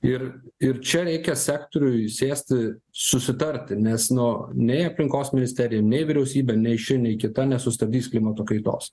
ir ir čia reikia sektoriui sėsti susitarti nes nu nei aplinkos ministerija nei vyriausybė nei ši nei kita nesustabdys klimato kaitos